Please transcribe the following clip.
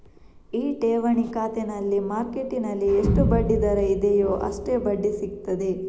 ಈ ಠೇವಣಿ ಖಾತೆನಲ್ಲಿ ಮಾರ್ಕೆಟ್ಟಿನಲ್ಲಿ ಎಷ್ಟು ಬಡ್ಡಿ ದರ ಇದೆಯೋ ಅಷ್ಟೇ ಬಡ್ಡಿ ಸಿಗ್ತದೆ